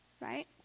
right